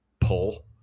pull